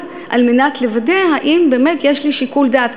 על מנת לוודא אם באמת יש לי שיקול דעת,